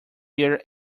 here